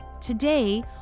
Today